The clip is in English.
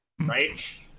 right